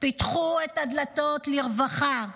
פתחו את הדלתות לרווחה,